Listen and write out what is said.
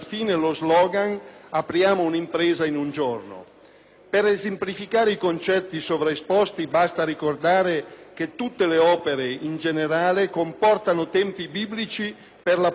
Per esemplificare i concetti sopra esposti, basta ricordare che tutte le opere, in generale, comportano tempi biblici per l'approvazione e tempi ragionevoli per l'esecuzione.